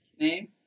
name